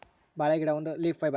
ಬಾಳೆ ಗಿಡ ಒಂದು ಲೀಫ್ ಫೈಬರ್